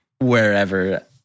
wherever